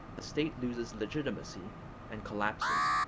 the state loses legitimacy and collapses.